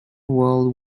world